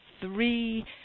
three